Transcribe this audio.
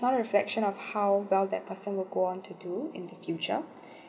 it's not reflection of how well that person will go on to do in the future